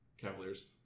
Cavaliers